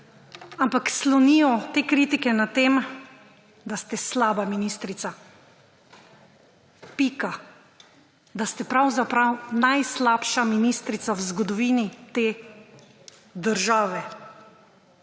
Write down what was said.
ampak slonijo te kritike na tem, da ste slaba ministrica. Pika! Da ste pravzaprav najslabša ministrica v zgodovini te države,